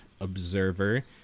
observer